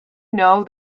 know